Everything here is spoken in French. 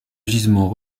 gisement